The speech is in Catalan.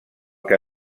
que